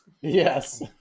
Yes